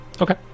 Okay